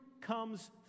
comes